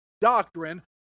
doctrine